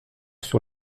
sur